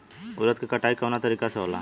उरद के कटाई कवना तरीका से होला?